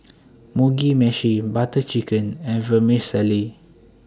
Mugi Meshi Butter Chicken and Vermicelli